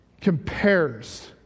compares